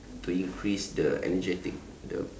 to increase the energetic the